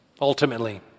ultimately